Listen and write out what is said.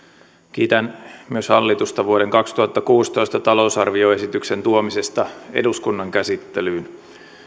kiitän myös hallitusta vuoden kaksituhattakuusitoista talousarvioesityksen tuomisesta eduskunnan käsittelyyn